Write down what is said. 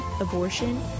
abortion